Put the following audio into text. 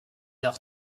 leur